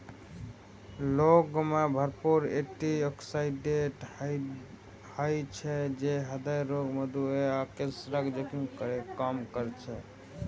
लौंग मे भरपूर एटी ऑक्सिडेंट होइ छै, जे हृदय रोग, मधुमेह आ कैंसरक जोखिम कें कम करै छै